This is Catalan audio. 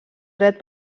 dret